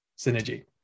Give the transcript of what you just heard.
synergy